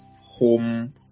home